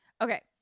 Okay